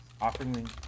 offering